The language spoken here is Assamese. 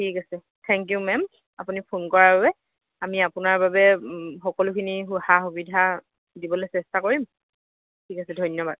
ঠিক আছে থেংক ইউ মেম আপুনি ফোন কৰাৰ বাবে আমি আপোনাৰ বাবে সকলোখিনি সা সুবিধা দিবলৈ চেষ্টা কৰিম ঠিক আছে ধন্যবাদ